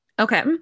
Okay